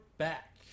Back